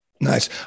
Nice